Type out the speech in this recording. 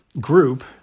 group